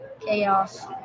chaos